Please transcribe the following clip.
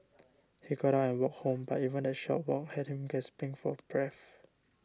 he got out and walked home but even that short walk had him gasping for breath